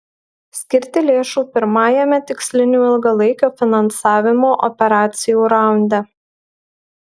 skirti lėšų pirmajame tikslinių ilgalaikio finansavimo operacijų raunde